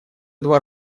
два